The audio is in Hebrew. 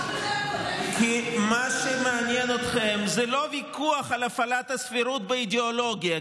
כי מה שמעניין אתכם זה לא ויכוח על הפעלת הסבירות באידיאולוגיה,